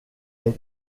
est